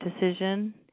decision